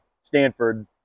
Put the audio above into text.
Stanford